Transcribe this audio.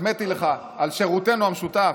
החמאתי לך על שירותנו המשותף.